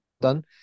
done